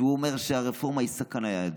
שאומר שהרפורמה היא סכנה ליהדות.